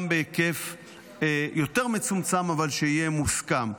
גם בהיקף יותר מצומצם, אבל שיהיה מוסכם.